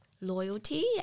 loyalty